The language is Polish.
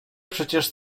przecież